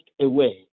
away